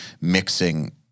mixing